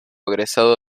egresado